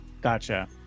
Gotcha